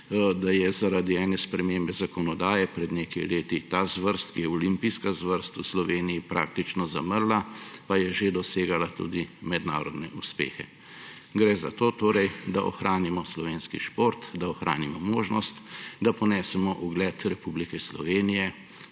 da je zaradi ene spremembe zakonodaje pred nekaj leti ta zvrst, ki je olimpijska zvrst, v Sloveniji praktično zamrla, pa je že dosegala tudi mednarodne uspehe. Gre za to torej, da ohranimo slovenski šport, da ohranimo možnost, da ponesemo ugled Republike Slovenije